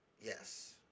Yes